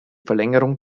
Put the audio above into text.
verlängerung